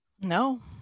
No